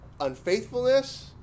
unfaithfulness